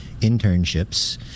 internships